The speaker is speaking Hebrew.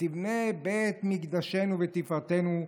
ותבנה בית מקדשנו ותפארתנו,